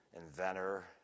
inventor